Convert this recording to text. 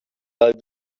over